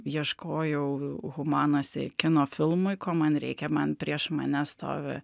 ieškojau humanose kino filmui ko man reikia man prieš mane stovi